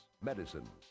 medicine